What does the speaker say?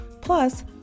Plus